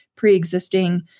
pre-existing